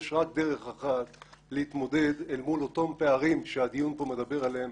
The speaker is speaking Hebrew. יש רק דרך אחת להתמודד אל מול אותם פערים שהדיון פה מדבר עליהם